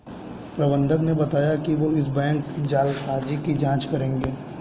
प्रबंधक ने बताया कि वो इस बैंक जालसाजी की जांच करेंगे